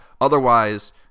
Otherwise